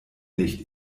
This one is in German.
nicht